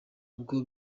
ubwo